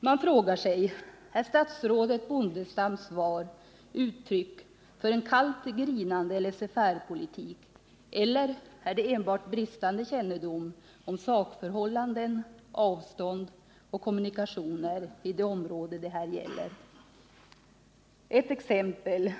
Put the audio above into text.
Man kan fråga sig: Är statsrådet Bondestams Nr 140 svar uttryck för en kallt grinande laissez faire-politik, eller är det enbart Tisdagen den uttryck för bristande kännedom om sakförhållanden, avstånd och 8 maj 1979 kommunikationer i det område det här gäller? Jag skall ge ett exempel